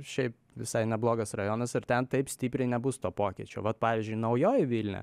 šiaip visai neblogas rajonas ir ten taip stipriai nebus to pokyčio vat pavyzdžiui naujoji vilnia